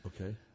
Okay